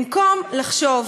במקום לחשוב